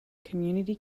community